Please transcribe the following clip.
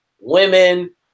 women